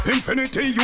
Infinity